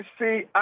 see